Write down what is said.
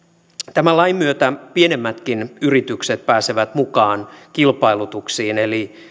tämän lain myötä pienemmätkin yritykset pääsevät mukaan kilpailutuksiin eli